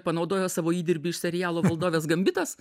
panaudojo savo įdirbį iš serialo valdovės gambitas